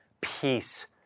peace